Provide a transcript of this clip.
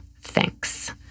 thanks